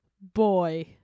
boy